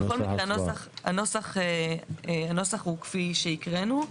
בכל מקרה הנוסח הוא כפי שהקראנו.